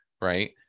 right